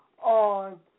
on